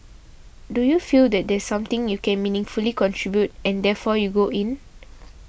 do you feel that there's something you can meaningfully contribute and therefore you go in